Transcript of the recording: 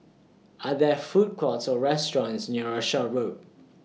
Are There Food Courts Or restaurants near Rochor Road